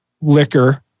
liquor